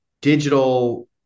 digital